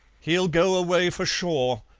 he'll go away, for sure,